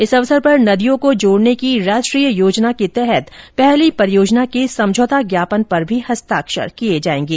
इस अवसर पर नदियों को जोड़ने की राष्ट्रीय योजना के तहत पहली परियोजना के समझौता ज्ञापन पर भी हस्ताक्षर किए जाएंगे